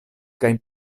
kaj